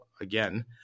again